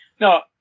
No